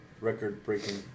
Record-breaking